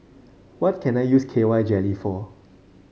what can I use K Y Jelly for